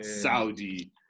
Saudi